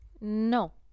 No